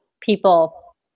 people